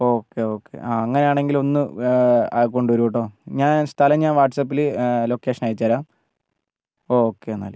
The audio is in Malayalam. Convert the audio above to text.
ഓക്കെ ഓക്കെ അങ്ങനെയാണെങ്കിൽ ഒന്ന് കൊണ്ടുവരുട്ടോ ഞാൻ സ്ഥലം ഞാൻ വാട്ട്സാപ്പിൽ ലൊക്കേഷൻ അയച്ചു തരാം ഓക്കേ എന്നാൽ